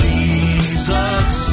Jesus